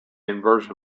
inversion